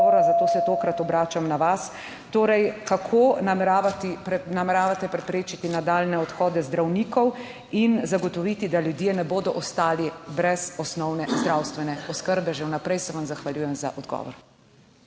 zato se tokrat obračam na vas. Torej, kako nameravate preprečiti nadaljnje odhode zdravnikov in zagotoviti, da ljudje ne bodo ostali brez osnovne zdravstvene oskrbe? Že vnaprej se vam zahvaljujem za odgovor.